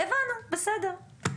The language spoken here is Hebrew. הבנו, בסדר.